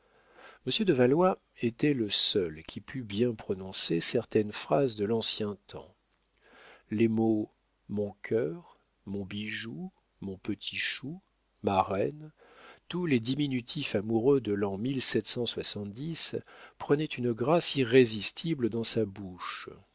monsieur de valois était le seul qui pût bien prononcer certaines phrases de l'ancien temps les mots mon cœur mon bijou mon petit chou ma reine tous les diminutifs amoureux de l prenaient une grâce irrésistible dans sa bouche